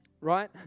right